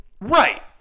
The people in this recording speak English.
Right